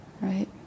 right